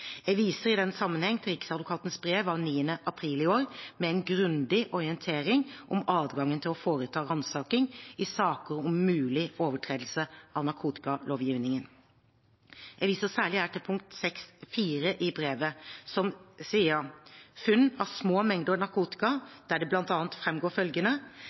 Jeg viser i denne sammenheng til Riksadvokatens brev av 9. april i år med en grundig orientering om adgangen til å foreta ransaking i saker om mulig overtredelse av narkotikalovgivningen. Jeg viser særlig her til punkt 6.4 i brevet, om «Funn av små mengder